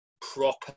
proper